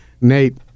Nate